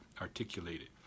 articulated